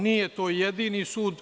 Nije to jedini sud.